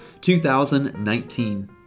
2019